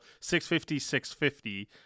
650-650